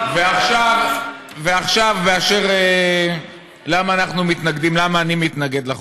ועכשיו למה אני מתנגד לחוק.